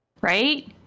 Right